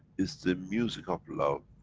it's the music of love,